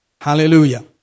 Hallelujah